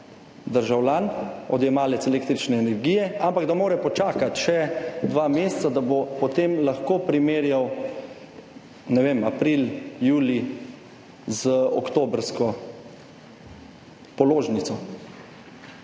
državljan, odjemalec električne energije, ampak da mora počakati še dva meseca, da bo potem lahko primerjal, ne vem, april, julij, z oktobrsko položnico.